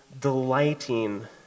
delighting